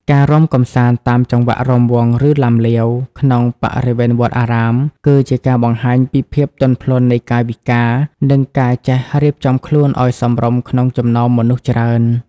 ការរាំកម្សាន្តតាមចង្វាក់រាំវង់ ឬឡាំលាវ ក្នុងបរិវេណវត្តអារាម គឺជាការបង្ហាញពីភាពទន់ភ្លន់នៃកាយវិការ និងការចេះរៀបចំខ្លួនឱ្យសមរម្យក្នុងចំណោមមនុស្សច្រើន។